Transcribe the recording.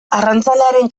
arrantzalearen